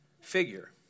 figure